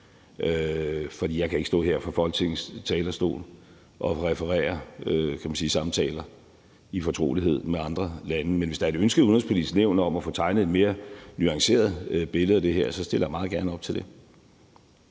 for jeg kan ikke stå her fra Folketingets talerstol og referere fra samtaler, jeg har haft i fortrolighed med andre lande. Men hvis der er et ønske i Det Udenrigspolitiske Nævn om at få tegnet et mere nuanceret billede af det her, stiller jeg meget gerne op til det.